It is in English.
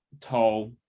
tall